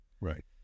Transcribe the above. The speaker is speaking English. Right